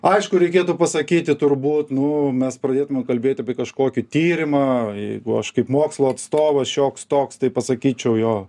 aišku reikėtų pasakyti turbūt nu mes pradėtume kalbėti apie kažkokį tyrimą jeigu aš kaip mokslo atstovas šioks toks tai pasakyčiau jo